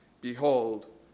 behold